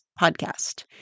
podcast